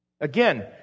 Again